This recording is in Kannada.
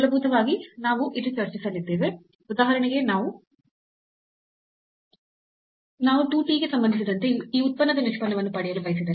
ಮೂಲಭೂತವಾಗಿ ನಾವು ಇಲ್ಲಿ ಚರ್ಚಿಸಲಿದ್ದೇವೆ ಉದಾಹರಣೆಗೆ ನಾವು 2 t ಗೆ ಸಂಬಂಧಿಸಿದಂತೆ ಈ z ಉತ್ಪನ್ನದ ನಿಷ್ಪನ್ನವನ್ನು ಪಡೆಯಲು ಬಯಸಿದರೆ